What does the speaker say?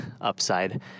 upside